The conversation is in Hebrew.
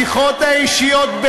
השיחות האישיות,